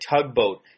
Tugboat